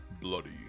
bloody